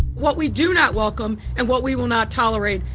what we do not welcome, and what we will not tolerate,